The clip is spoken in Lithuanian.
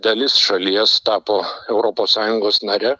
dalis šalies tapo europos sąjungos nare